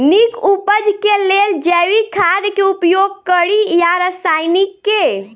नीक उपज केँ लेल जैविक खाद केँ उपयोग कड़ी या रासायनिक केँ?